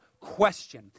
question